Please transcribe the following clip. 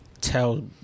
tell